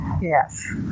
Yes